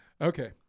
okay